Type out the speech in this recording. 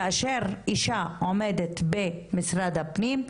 כאשר אישה עומדת במשרד הפנים,